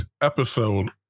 episode